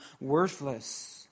worthless